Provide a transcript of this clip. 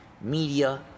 media